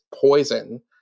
poison